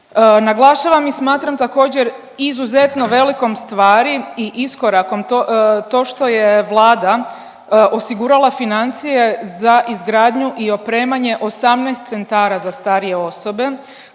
Naglašavam i smatram također izuzetno velikom stvari i iskorakom to, to što je Vlada osigurala financije za izgradnju i opremanje 18 centara za starije osobe